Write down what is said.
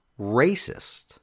racist